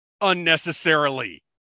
unnecessarily